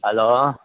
hello